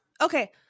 Okay